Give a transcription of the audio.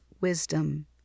wisdom